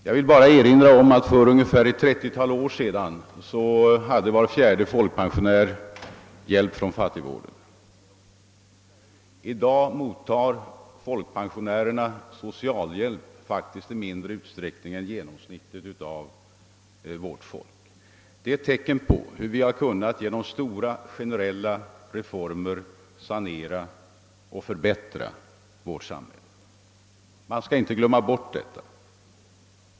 Jag vill bara erinra om det förhållandet att var fjärde folkpensionär för 30 år sedan fick hjälp från fattigvården. I dag mottar faktiskt folkpensionärerna socialhjälp i mindre utsträckning än genomsnittet av vårt folk. Det är ett tecken på hur vi genom stora generella reformer kunnat sanera och förbättra vårt samhälle. Man skall inte glömma bort detta.